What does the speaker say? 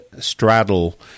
straddle